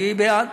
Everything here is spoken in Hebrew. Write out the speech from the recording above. אני בעד.